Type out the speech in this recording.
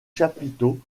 chapiteaux